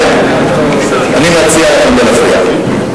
אני מציע לכם לא להפריע.